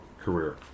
career